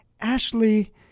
Ashley